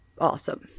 awesome